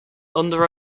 under